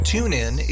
TuneIn